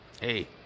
Hey